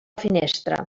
finestra